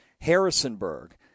Harrisonburg